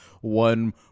one